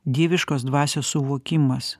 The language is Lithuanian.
dieviškos dvasios suvokimas